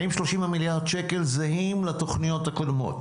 האם 30 מיליארד השקלים זהים לתוכניות הקודמות?